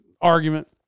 argument